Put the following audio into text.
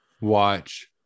watch